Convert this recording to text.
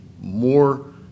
more